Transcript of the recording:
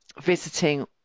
visiting